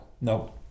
Nope